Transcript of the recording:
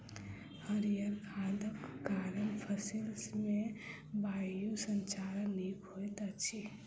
हरीयर खादक कारण फसिल मे वायु संचार नीक होइत अछि